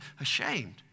ashamed